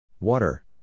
Water